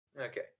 Okay